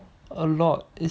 a lot